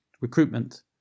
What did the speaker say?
recruitment